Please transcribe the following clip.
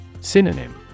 Synonym